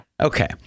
Okay